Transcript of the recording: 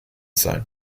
sein